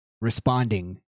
responding